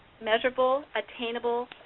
measurable, attainable,